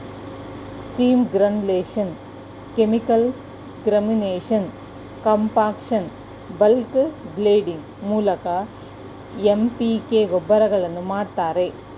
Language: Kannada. steam granulation, chemical granulation, compaction, bulk blending ಮೂಲಕ ಎಂ.ಪಿ.ಕೆ ಗೊಬ್ಬರಗಳನ್ನು ಮಾಡ್ತರೆ